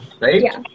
right